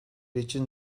için